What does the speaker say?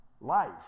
life